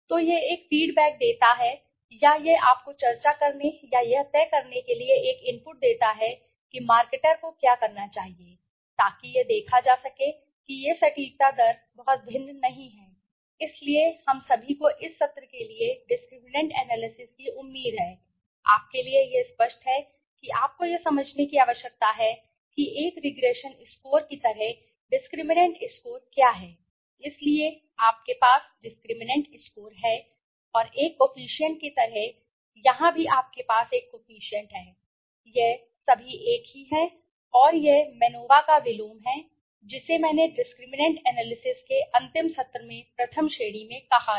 तो यह एक फीड बैक देता है या यह आपको चर्चा करने या यह तय करने के लिए एक इनपुट देता है कि मार्केटर को क्या करना चाहिए ताकि यह देखा जा सके कि यह सटीकता दर बहुत भिन्न नहीं है इसलिए हम सभी को इस सत्र के लिए डिस्क्रिमिनैंट एनालिसिस की उम्मीद है आपके लिए यह स्पष्ट है कि आपको यह समझने की आवश्यकता है कि एक रिग्रेशन स्कोर की तरह डिस्क्रिमिनैंट स्कोर क्या है इसलिए आपके पास डिस्क्रिमिनैंट स्कोर है और एक कोफिशिएंट की तरह यहां भी आपके पास एक कोफिशिएंट है यह सभी एक ही है और यह MANOVA का विलोम है जिसे मैंने कहा है MANOVA का एक विलोम है जिसे मैंने डिस्क्रिमिनैंट एनालिसिस के अंतिम सत्र में प्रथम श्रेणी में कहा है